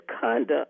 conduct